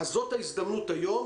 זאת ההזדמנות היום,